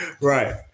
right